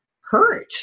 hurt